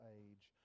age